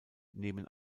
nehmen